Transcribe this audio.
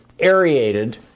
aerated